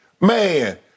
Man